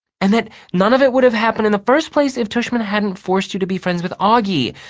and that none of it would have happened in the first place if tushman hadn't forced you to be friends with auggie.